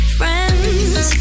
friends